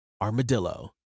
Armadillo